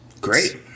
Great